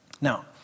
Now